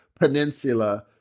Peninsula